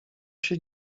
się